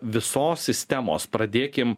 visos sistemos pradėkim